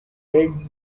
red